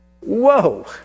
Whoa